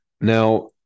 Now